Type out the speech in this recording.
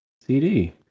CD